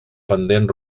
pendents